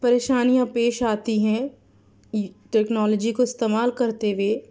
پریشانیاں پیش آتی ہیں ٹیکنالوجی کو استعمال کرتے ہوئے